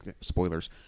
spoilers